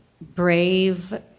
brave